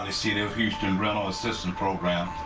and city of houston rental assistance program.